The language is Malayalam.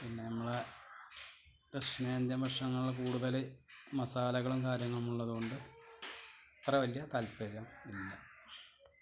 പിന്നെ നമ്മളെ ദക്ഷിണേന്ത്യൻ ഭക്ഷണങ്ങൾ കൂടുതൽ മസാലകളും കാര്യങ്ങളും ഉള്ളത് കൊണ്ട് അത്ര വലിയ താൽപര്യമില്ല